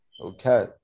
Okay